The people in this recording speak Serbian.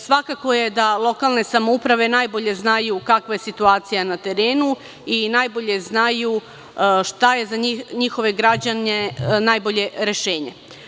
Svakako je da lokalne samouprave najbolje znaju kakva je situacija na terenu i najbolje znaju šta je za njihove građane najbolje rešenje.